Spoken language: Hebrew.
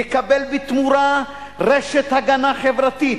יקבל בתמורה רשת הגנה חברתית